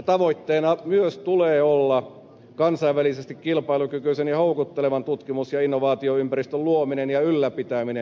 tavoitteena tulee myös olla kansainvälisesti kilpailukykyisen ja houkuttelevan tutkimus ja innovaatioympäristön luominen ja ylläpitäminen